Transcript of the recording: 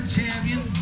champion